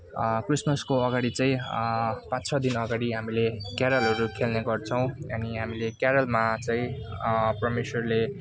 क्रिसमसको अगाडि चाहिँ पाँच छ दिन अगाडि हामीले क्यारलहरू खेल्ने गर्छौँ अनि हामीले क्यारलमा चाहिँ परमेश्वरले